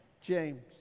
James